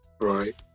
right